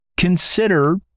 consider